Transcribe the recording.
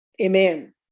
Amen